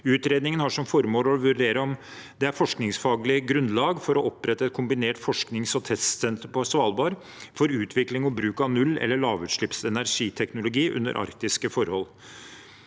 Utredningen har som formål å vurdere om det er forskningsfaglig grunnlag for å opprette et kombinert forsknings- og testsenter på Svalbard for utvikling og bruk av null- eller lavutslippsenergiteknologi under arktiske forhold.